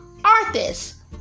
Arthas